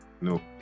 No